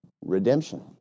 Redemption